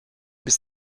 bis